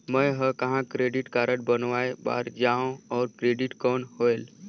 मैं ह कहाँ क्रेडिट कारड बनवाय बार जाओ? और क्रेडिट कौन होएल??